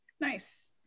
nice